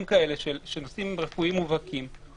כאלה שהם נושאים רפואיים מובהקים,